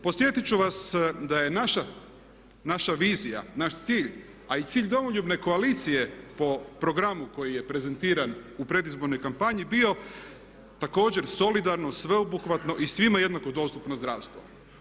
Podsjetiti ću vas da je naša vizija, naš cilj a i cilj Domoljubne koalicije po programu koji je prezentiran u predizbornoj kampanji bio također solidarno, sveobuhvatno i svima jednako dostupno zdravstvo.